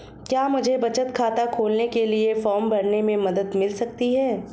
क्या मुझे बचत खाता खोलने के लिए फॉर्म भरने में मदद मिल सकती है?